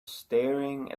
staring